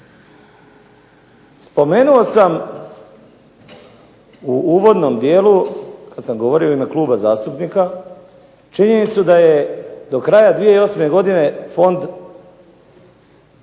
Spomenuo sam u uvodnom dijelu kada sam govorio u ime kluba zastupnika činjenicu da je do kraja 2008. godine fond